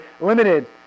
limited